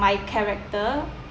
my character